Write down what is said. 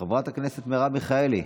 חברת הכנסת מרב מיכאלי,